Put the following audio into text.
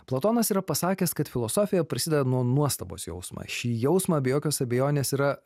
platonas yra pasakęs kad filosofija prasideda nuo nuostabos jausmo šį jausmą be jokios abejonės yra